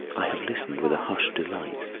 i have listened with a hushed delight,